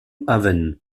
haven